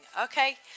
Okay